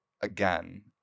again